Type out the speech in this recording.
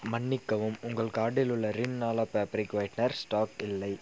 மன்னிக்கவும்உங்கள் கார்ட்டில் உள்ள Rin Ala fabric whitener stock இல்லை